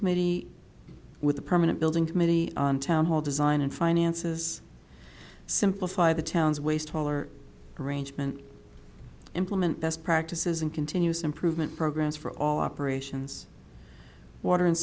committee with the permanent building committee on town hall design and finances simplify the town's waste hauler arrangement implement best practices and continuous improvement programs for all operations water and